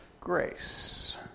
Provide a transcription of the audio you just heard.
grace